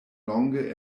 longe